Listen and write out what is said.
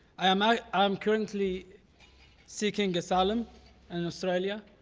i am i am currently seeking asylum in australia.